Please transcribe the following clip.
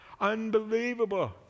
unbelievable